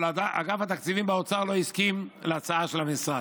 אולם אגף תקציבים לא הסכים להצעה של המשרד.